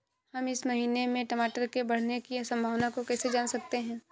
हम इस महीने में टमाटर के बढ़ने की संभावना को कैसे जान सकते हैं?